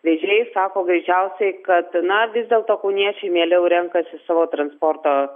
vežėjai sako greičiausiai kad na vis dėlto kauniečiai mieliau renkasi savo transporto